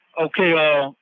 Okay